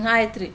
ಹಾಂ ಆಯ್ತು ರಿ